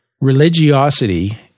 Religiosity